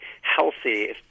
healthy